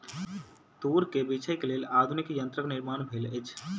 तूर के बीछै के लेल आधुनिक यंत्रक निर्माण भेल अछि